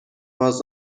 was